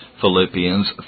Philippians